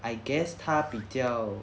I guess 他比较